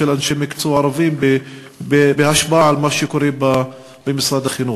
אנשי מקצוע ערבים בהשפעה על מה שקורה במשרד החינוך.